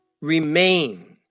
remain